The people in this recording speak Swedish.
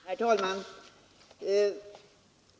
Herr talman!